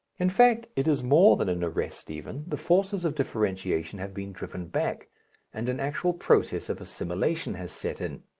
in fact, it is more than an arrest even, the forces of differentiation have been driven back and an actual process of assimilation has set in.